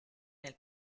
nel